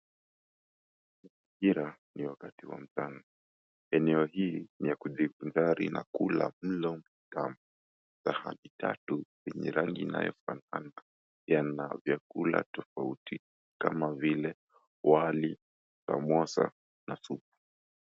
Majira ni wakati wa mchana. Eneo hii ni ya kujivinjari na kula mlo mtamu. Sahani tatu zenye rangi inayofanana yana vyakula tofauti kama vile wali, samosa na supu.